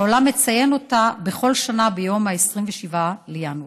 שהעולם מציין אותה בכל שנה ביום 27 בינואר.